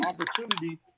opportunity